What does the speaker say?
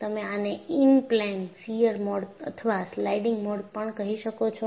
તમે આને in plane shear mode અથવા સ્લાઇડિંગ મોડ પણ કહી શકો છો